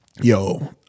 yo